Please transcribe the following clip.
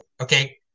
okay